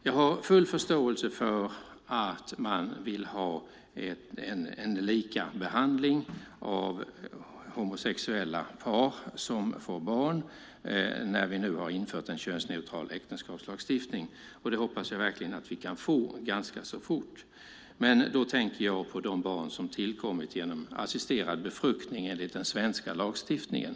Jag har full förståelse för att man vill ha en likabehandling av homosexuella par som får barn när vi nu har infört en könsneutral äktenskapslagstiftning, och jag hoppas verkligen att vi kan få det ganska så fort. Men då tänker jag på de barn som har tillkommit genom assisterad befruktning enligt den svenska lagstiftningen.